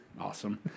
Awesome